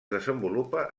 desenvolupa